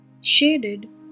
shaded